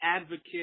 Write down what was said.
advocate